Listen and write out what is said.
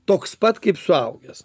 toks pat kaip suaugęs